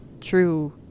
true